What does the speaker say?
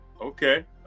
okay